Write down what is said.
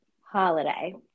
holiday